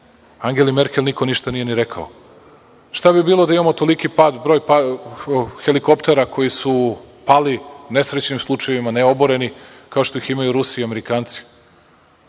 Angeli Merkel niko ništa nije ni rekao. Šta bi bilo da imamo toliki broj helikoptera koji su pali u nesrećnim slučajevima, ne oboreni, kao što ih imaju Rusi i Amerikanci?